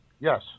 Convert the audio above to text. Yes